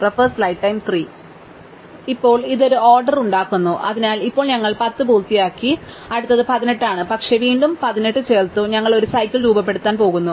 ഇപ്പോൾ ഇത് ഒരു ഓർഡർ ഉണ്ടാക്കുന്നു അതിനാൽ ഇപ്പോൾ ഞങ്ങൾ പത്ത് പൂർത്തിയാക്കി അതിനാൽ അടുത്തത് 18 ആണ് പക്ഷേ വീണ്ടും 18 ചേർത്തു ഞങ്ങൾ ഒരു സൈക്കിൾ രൂപപ്പെടുത്താൻ പോകുന്നു